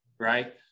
right